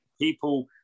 People